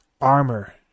armor